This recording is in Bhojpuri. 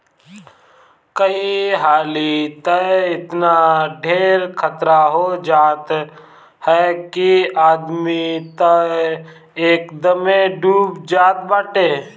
कई हाली तअ एतना ढेर खतरा हो जात हअ कि आदमी तअ एकदमे डूब जात बाटे